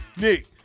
Nick